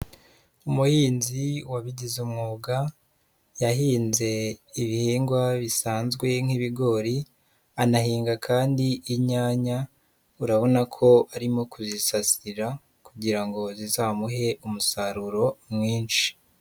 Umuhinzi wabigize umwuga, yahinze ibihingwa bisanzwe nk'ibigori, anahinga kandi inyanya, urabona ko arimo kuzisasirira kugira ngo zizamuhe umusaruro mwinshi.